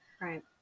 Right